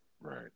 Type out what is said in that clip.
Right